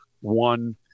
one